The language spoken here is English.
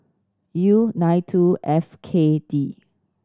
U nine two F K D